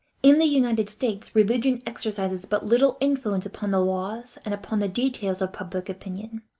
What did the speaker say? in the united states religion exercises but little influence upon the laws and upon the details of public opinion,